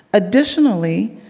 additionally,